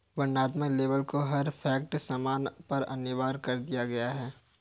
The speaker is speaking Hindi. वर्णनात्मक लेबल को हर पैक्ड सामान पर अनिवार्य कर दिया गया है